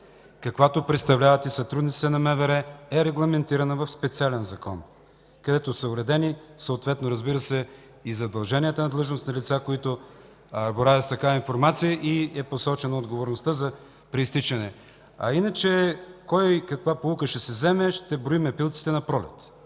каквато представляват и сътрудниците на МВР, е регламентирана в специален закон. Там са уредени съответно, разбира се, и задълженията на длъжностните лица, които боравят с такава информация и е посочена отговорността при изтичането й. Иначе кой каква поука ще си вземе – ще броим пилците на пролет.